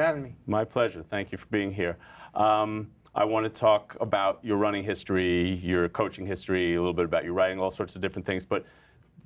having me my pleasure thank you for being here i want to talk about your running history your coaching history little bit about your writing all sorts of different things but